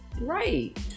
Right